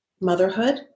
motherhood